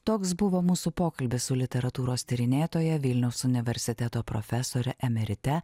toks buvo mūsų pokalbis su literatūros tyrinėtoja vilniaus universiteto profesore emerite